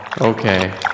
Okay